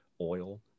oil